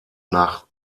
nach